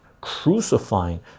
crucifying